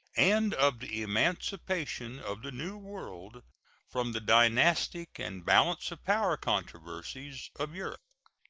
and of the emancipation of the new world from the dynastic and balance of power controversies of europe.